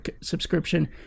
subscription